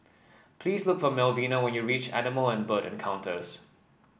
please look for Melvina when you reach Animal and Bird Encounters